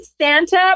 Santa